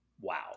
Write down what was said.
wow